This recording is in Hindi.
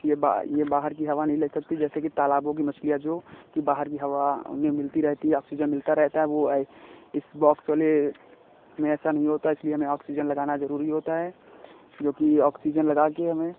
यह बा यह बाहर की हवा नहीं ले सकती जैसे कि तालाबों की मछलियाँ जो कि बाहर की हवा उन्हें मिलती रहती है ऑक्सीजन मिलता रहता है वह यह इस बॉक्स वाले में ऐसा नहीं होता इसलिए हमें ऑक्सीजन लगाना ज़रूरी होता है जो कि ऑक्सीजन लगा कर हमें